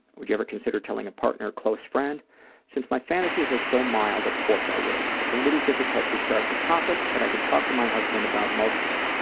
would you ever consider telling a partner or close friend since my fantasies are so mild, of course i would. it's a little difficult to start the topic, but i could talk to my husband about most of it.